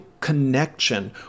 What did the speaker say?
connection